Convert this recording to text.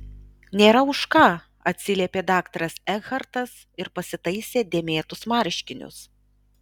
nėra už ką atsiliepė daktaras ekhartas ir pasitaisė dėmėtus marškinius